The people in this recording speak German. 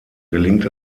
gelingt